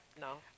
no